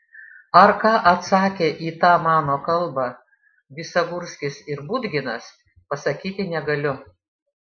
ar ką atsakė į tą mano kalbą visagurskis ir budginas pasakyti negaliu